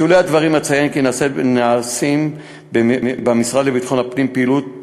בשולי הדברים אציין כי נעשית במשרד לביטחון הפנים פעילות